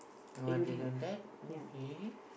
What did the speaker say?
oh other than that okay